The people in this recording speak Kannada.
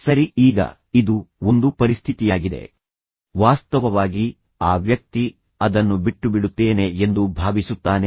ಸರಿ ಈಗ ಇದು ಒಂದು ಪರಿಸ್ಥಿತಿಯಾಗಿದೆ ವಾಸ್ತವವಾಗಿ ಆ ವ್ಯಕ್ತಿ ಅದನ್ನು ಬಿಟ್ಟುಬಿಡುಬಿಡುತ್ತೇನೆ ಎಂದು ಭಾವಿಸುತ್ತಾನೆ